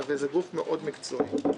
וזה גוף מקצועי מאוד.